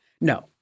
No